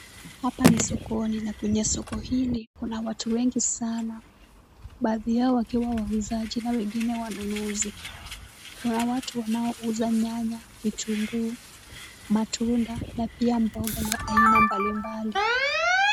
Hapa ni sokoni na kwenye soko hili kuna watu wengi sana baadhi yao wakiwa wauzaji na wengine wanunuzi. Kuna watu wanaouza nyanya, vitunguu, matunda na pia mboga ya aina mbalimbali.